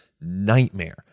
nightmare